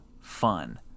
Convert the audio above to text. fun